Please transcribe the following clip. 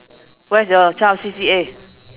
what's your child's C_C_A